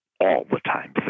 all-the-time